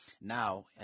now